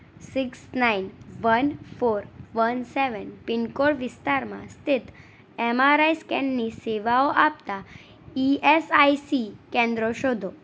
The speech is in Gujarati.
six nine one four one seven pin code વિસ્તારમાં સ્થિત એમઆરઆઈ સ્કેનની સેવાઓ આપતાં ઇએસઆઇસી કેન્દ્રો શોધો